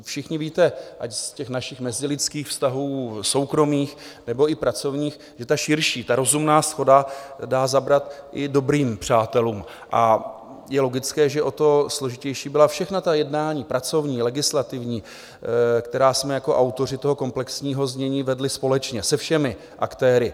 Všichni víte, ať z těch našich mezilidských vztahů, soukromých, nebo i pracovních, že ta širší rozumná shoda dá zabrat i dobrým přátelům, a je logické, že o to složitější byla všechna ta jednání, pracovní, legislativní, která jsme jako autoři toho komplexního znění vedli společně se všemi aktéry.